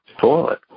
toilet